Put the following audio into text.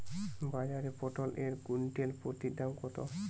বাজারে পটল এর কুইন্টাল প্রতি দাম কত?